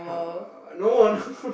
[huh] no no